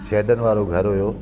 शैडन वारो घरु हुओ